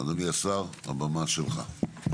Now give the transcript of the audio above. אדוני השר, הבמה שלך.